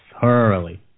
Thoroughly